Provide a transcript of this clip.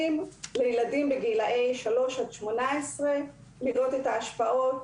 לילדים בגילי שלוש עד 18 כדי לראות השפעות